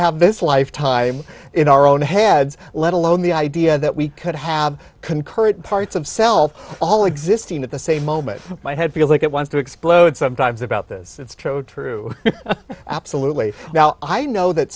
have this life time in our own heads let alone the idea that we could have concurrent parts of self all existing at the same moment my head feels like it wants to explode sometimes about this it's true oh true absolutely now i know that